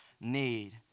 need